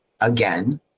again